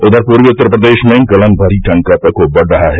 उघर पूर्वी उत्तर प्रदेश में गलन भरी ठण्ड का प्रकोप बढ़ रहा है